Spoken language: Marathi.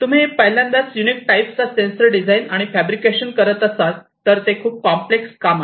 तुम्ही पहिल्यांदाच युनिक टाईप्स चा सेंसर डिझाईन आणि फॅब्रिकेशन करत असाल तर ते खूप कॉम्प्लेक्स काम आहे